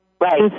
Right